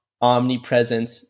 omnipresent